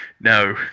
No